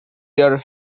their